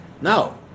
No